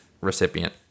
recipient